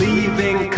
Leaving